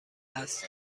است